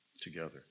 Together